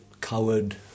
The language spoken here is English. Coward